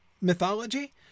mythology